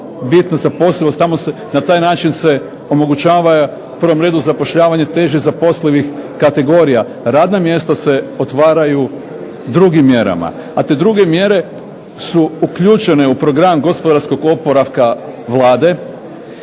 bitno zaposlivost, na taj način se omogućava u prvom redu zapošljavanje teže zaposlivih kategorija, radna mjesta se otvaraju drugim mjerama. A te druge mjere su uključene u program gospodarskog oporavka Vlade,